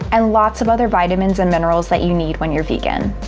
and lots of other vitamins and minerals that you need when you're vegan.